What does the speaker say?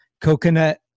coconut